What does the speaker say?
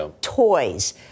toys